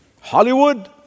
Hollywood